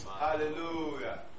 Hallelujah